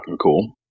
cool